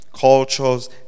cultures